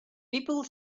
people